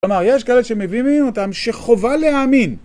כלומר, יש כאלה שמביאים מהן אותן שחובה להאמין.